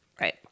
Right